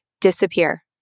disappear